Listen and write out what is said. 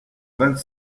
vingt